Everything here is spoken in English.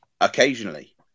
occasionally